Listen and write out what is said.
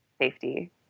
safety